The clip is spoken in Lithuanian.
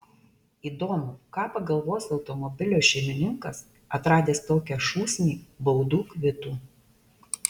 įdomu ką pagalvos automobilio šeimininkas atradęs tokią šūsnį baudų kvitų